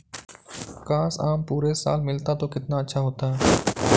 काश, आम पूरे साल मिलता तो कितना अच्छा होता